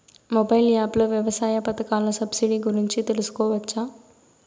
Mobile app లో వ్యవసాయ పథకాల సబ్సిడి గురించి తెలుసుకోవచ్చా?